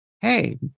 hey